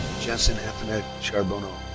jensen annette charbonneau.